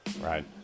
right